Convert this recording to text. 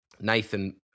Nathan